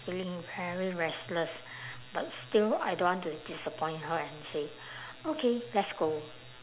feeling very restless but still I don't want to disappoint her and say okay let's go